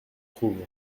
trouve